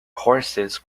horses